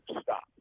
stop